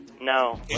No